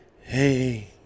Hey